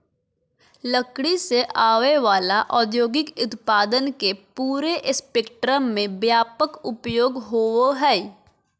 लकड़ी से आवय वला औद्योगिक उत्पादन के पूरे स्पेक्ट्रम में व्यापक उपयोग होबो हइ